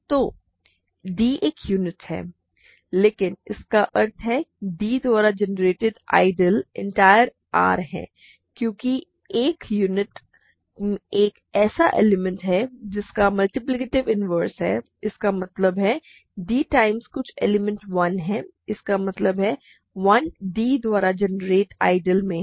तो d एक unit है लेकिन इसका अर्थ है कि d द्वारा जनरेटेड आइडियल एंटायर R है क्योंकि एक यूनिट एक ऐसा एलिमेंट है जिसका मल्टिप्लिकेटिव इनवर्स है इसका मतलब है d टाइम्स कुछ एलिमेंट 1 है इसका मतलब है कि 1 d द्वारा जनरेटेड आइडियल में है